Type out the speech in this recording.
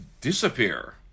disappear